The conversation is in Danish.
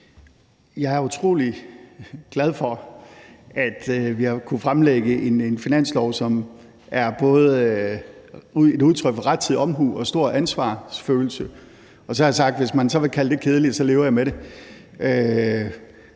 Jeg er utrolig glad for, at vi har kunnet fremlægge en finanslov, som både er et udtryk for rettidig omhu og stor ansvarsfølelse, og så har jeg sagt, at hvis man så vil kalde det kedeligt, lever jeg med det.